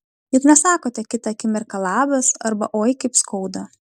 juk nesakote kitą akimirką labas arba oi kaip skauda